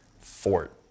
fort